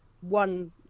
one